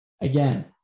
again